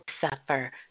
suffer